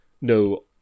no